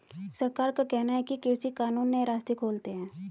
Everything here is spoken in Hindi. सरकार का कहना है कि कृषि कानून नए रास्ते खोलते है